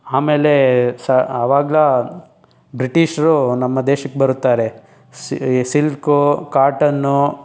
ಆಮೇಲೆ ಸಾ ಆವಾಗ ಬ್ರಿಟಿಷ್ರು ನಮ್ಮ ದೇಶಕ್ಕೆ ಬರುತ್ತಾರೆ ಸಿ ಸಿಲ್ಕು ಕಾಟನ್ನು